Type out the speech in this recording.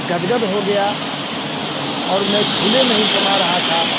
गदगद हो गया और मैं फूले नहीं समा रहा था